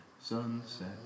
Sunset